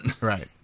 Right